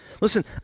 Listen